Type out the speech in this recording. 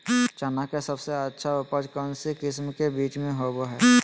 चना के सबसे अच्छा उपज कौन किस्म के बीच में होबो हय?